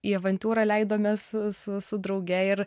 į avantiūrą leidomės su su su drauge ir